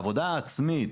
העבודה העצמית